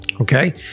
okay